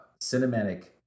cinematic